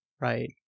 Right